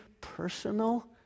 personal